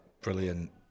brilliant